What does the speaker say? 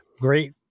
great